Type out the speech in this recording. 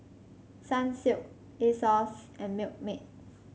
Sunsilk Asos and Milkmaid